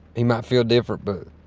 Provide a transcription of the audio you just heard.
he might feel different. but,